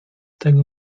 tego